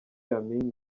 amin